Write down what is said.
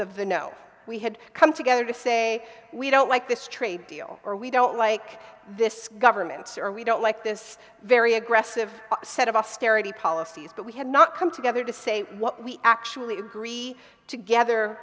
of the no we had come together to say we don't like this trade deal or we don't like this government or we don't like this very aggressive set of austerity policies but we have not come together to say what we actually agree together